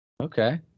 okay